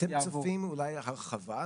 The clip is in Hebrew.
אתם צופים אולי הרחבה?